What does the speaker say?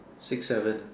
six seven